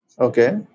Okay